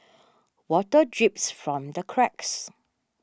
water drips from the cracks